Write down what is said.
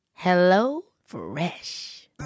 HelloFresh